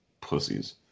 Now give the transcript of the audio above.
Pussies